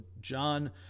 John